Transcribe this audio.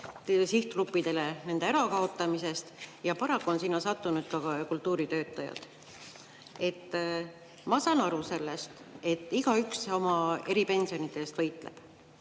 sihtgruppidele, nende ärakaotamisest, ja paraku on sinna sattunud ka kultuuritöötajad. Ma saan aru sellest, et igaüks oma eripensioni eest võitleb.